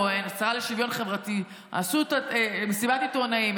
והשרה לשוויון חברתי עשו מסיבת עיתונאים,